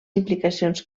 implicacions